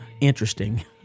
interesting